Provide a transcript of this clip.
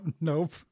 nope